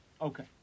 Okay